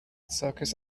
circus